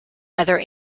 other